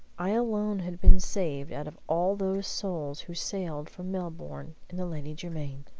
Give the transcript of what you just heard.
i alone had been saved out of all those souls who sailed from melbourne in the lady jermyn.